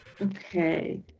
Okay